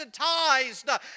desensitized